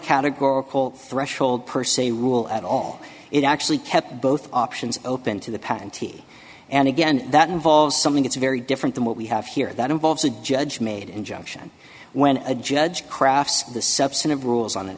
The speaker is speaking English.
categorical threshold per se rule at all it actually kept both options open to the patentee and again that involves something that's very different than what we have here that involves a judge made injunction when a judge crafts the subset of rules on an